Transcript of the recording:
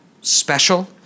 special